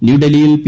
ന്യൂഡൽഹിയിൽ പി